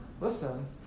Listen